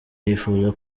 yifuza